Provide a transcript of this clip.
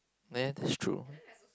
man that's true